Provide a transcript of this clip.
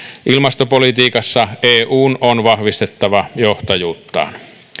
ilmastopolitiikassa eun on vahvistettava johtajuuttaan